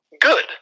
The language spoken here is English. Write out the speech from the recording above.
good